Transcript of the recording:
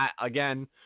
Again